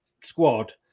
squad